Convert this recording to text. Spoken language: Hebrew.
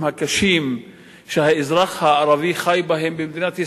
הקשים שהאזרח הערבי חי בהם במדינת ישראל,